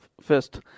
first